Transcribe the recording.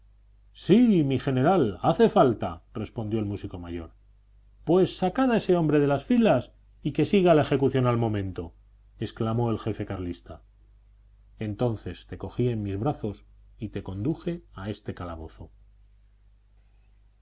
sí mi general hace falta respondió el músico mayor pues sacad a ese hombre de las filas y que siga la ejecución al momento exclamó el jefe carlista entonces te cogí en mis brazos y te conduje a este calabozo